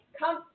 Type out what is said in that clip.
come